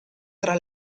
tra